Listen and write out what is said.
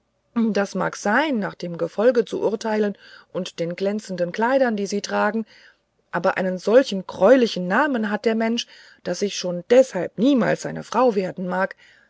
das mag sein nach dem gefolge zu urteilen und den glänzenden kleidern die sie tragen aber einen solchen greulichen namen hat der mensch daß ich schon deshalb niemals seine frau werden mag